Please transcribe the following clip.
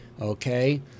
Okay